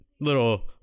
little